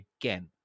again